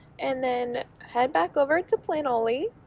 and then head back over to planoly,